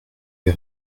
les